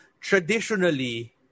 traditionally